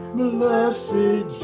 blessed